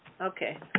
Okay